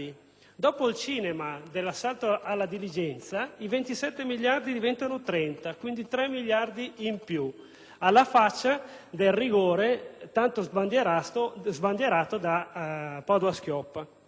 dopo il cinema dell'assalto alla diligenza i 27 miliardi diventano 30, quindi 3 miliardi in più: alla faccia del rigore, tanto sbandierato da Padoa-Schioppa!